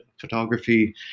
photography